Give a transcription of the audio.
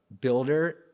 builder